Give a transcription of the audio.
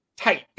tight